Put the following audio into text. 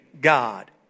God